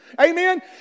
Amen